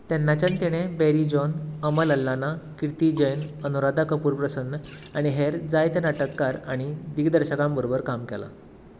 तेन्ना सावन तिणे बॅरी जॉन अमल अल्लाना किर्ती जैन अनुराधा कपूर प्रसन्न आनी हेर जायत्या नाटककार आनी दिग्दर्शकां वांगडा काम केलां